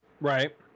Right